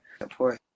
support